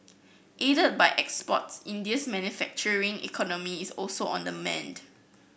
aided by exports India's manufacturing economy is also on the mend